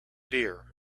dear